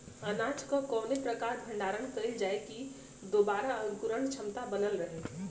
अनाज क कवने प्रकार भण्डारण कइल जाय कि वोकर अंकुरण क्षमता बनल रहे?